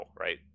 right